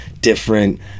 different